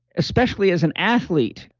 especially as an athlete,